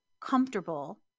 comfortable